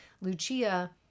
Lucia